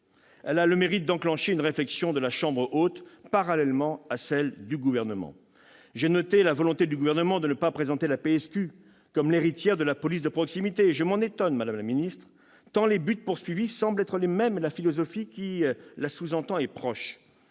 Elle a le mérite d'enclencher une réflexion de la chambre haute, parallèlement à celle du Gouvernement. J'ai noté la volonté du Gouvernement de ne pas présenter la PSQ comme l'héritière de la police de proximité. Je m'en étonne, tant les buts poursuivis semblent être les mêmes et tant les philosophies qui la sous-tendent sont proches.